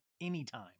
anytime